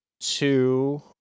two